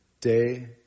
day